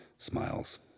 smiles